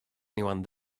anyone